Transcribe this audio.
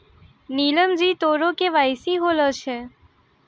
नीलम जी तोरो के.वाई.सी होलो छौं?